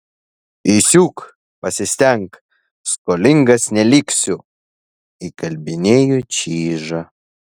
įsiūk pasistenk skolingas neliksiu įkalbinėjo čyžą